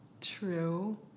true